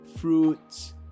fruits